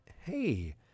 hey